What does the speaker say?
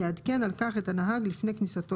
יעדכן על כך את הנהג לפני כניסתו